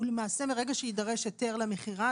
ולמעשה מרגע שיידרש היתר למכירה,